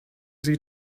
sie